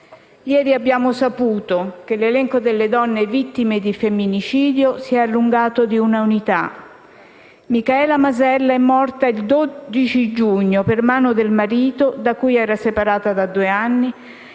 Ieri abbiamo saputo che l'elenco delle donne vittime di femminicidio si è allungato di una unità. Micaela Masella è morta il 12 giugno per mano del marito da cui era separata da due anni,